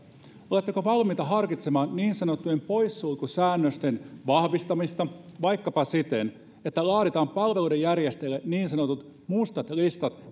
oletteko valmiita harkitsemaan niin sanottujen poissulkusäännösten vahvistamista vaikkapa siten että laaditaan palveluiden järjestäjille niin sanotut mustat listat